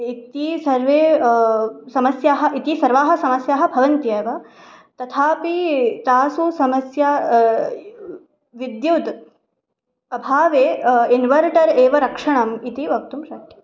इति सर्वाः समस्याः इति सर्वाः समस्याः भवन्त्येव तथापि तासु समस्यासु विद्युतः अभावे इनवर्टर् एव रक्षणं इति वक्तुं शक्यते